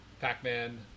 Pac-Man